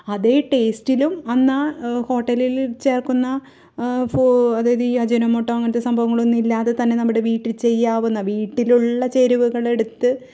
അതെ ടേസ്റ്റിലും അന്നാ ഹോട്ടലില് ചേര്ക്കുന്ന അതായത് ഈ അജിനോമോട്ടോ അങ്ങനെത്തെ സംഭവങ്ങളൊന്നും ഇല്ലാതെ തന്നെ നമ്മുടെ വീട്ടില് ചെയ്യാവുന്ന വീട്ടിലുള്ള ചേരുവകൾ എടുത്ത്